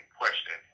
question